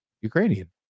Ukrainian